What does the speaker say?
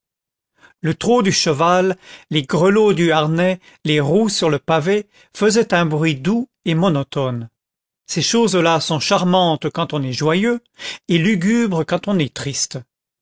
le trot du cheval les grelots du harnais les roues sur le pavé faisaient un bruit doux et monotone ces choses-là sont charmantes quand on est joyeux et lugubres quand on est triste